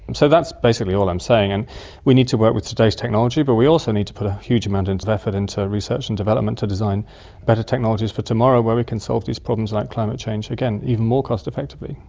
so that's basically all i'm saying. and we need to work with today's technology but we also need to put a huge amount of effort into research and development to design better technologies for tomorrow where we can solve these problems like climate change, again, even more cost effectively.